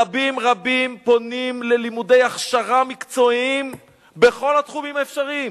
רבים רבים פונים ללימודי הכשרה מקצועית בכל התחומים האפשריים.